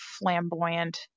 flamboyant